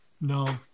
No